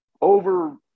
over